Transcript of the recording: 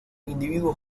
individuos